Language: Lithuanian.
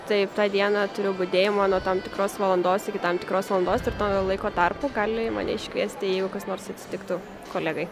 taip tą dieną turiu budėjimą nuo tam tikros valandos iki tam tikros valandos ir to laiko tarpu gali mane iškviesti jeigu kas nors atsitiktų kolegai